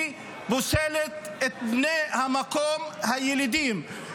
היא פוסלת את בני המקום הילידים.